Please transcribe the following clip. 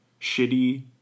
shitty